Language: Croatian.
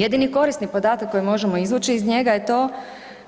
Jedini korisni podatak koji možemo izvući iz njega je to